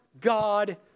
God